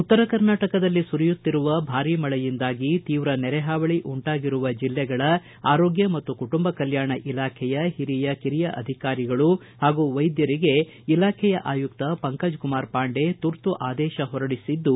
ಉತ್ತರ ಕನಾಟಕದಲ್ಲಿ ಸುರಿಯುತ್ತಿರುವ ಭಾರೀ ಮಳೆಯುಂದಾಗಿ ತೀವ್ರ ನೆರೆ ಪಾವಳಿಯುಂಟಾಗಿರುವ ಜಿಲ್ಲೆಗಳ ಆರೋಗ್ಯ ಮತ್ತು ಕುಟುಂಬ ಕಲ್ಕಾಣ ಇಲಾಖೆಯ ಹಿರಿಯಕರಿಯ ಅಧಿಕಾರಿಗಳು ಹಾಗೂ ವೈದ್ಯರಿಗೆ ಇಲಾಖೆಯ ಆಯುಕ್ತ ಪಂಕಜ್ಕುಮಾರ್ ಪಾಂಡೆ ತುರ್ತು ಆದೇಶ ಹೊರಡಿಸಿದ್ದು